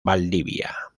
valdivia